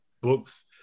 books